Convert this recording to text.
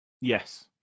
yes